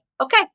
okay